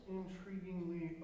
intriguingly